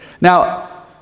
Now